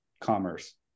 commerce